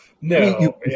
No